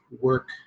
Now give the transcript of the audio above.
work